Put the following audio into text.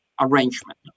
Arrangement